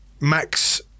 Max